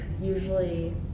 usually